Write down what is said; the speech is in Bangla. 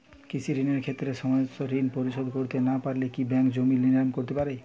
কৃষিঋণের ক্ষেত্রে সময়মত ঋণ পরিশোধ করতে না পারলে কি ব্যাঙ্ক জমি নিলাম করতে পারে?